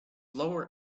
lower